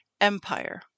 empire